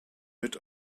mit